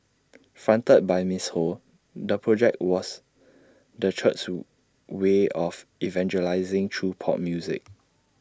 fronted by miss ho the project was the church's way of evangelising through pop music